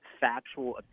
factual